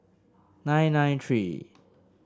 nine nine three